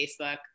facebook